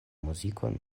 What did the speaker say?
muzikon